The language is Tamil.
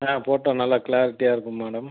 ஆ போட்டோ நல்லா க்ளாரிட்டியாக இருக்கும் மேடம்